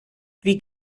wie